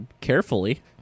carefully